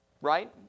right